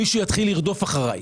מישהו יתחיל לרדוף אחרי.